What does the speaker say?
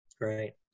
Right